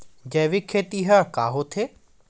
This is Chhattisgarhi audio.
जैविक खेती ह का होथे?